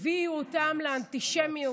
הביאו אותם לאנטישמיות.